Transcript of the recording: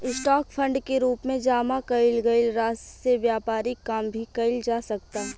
stock fund के रूप में जामा कईल गईल राशि से व्यापारिक काम भी कईल जा सकता